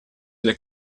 для